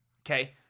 okay